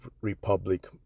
Republic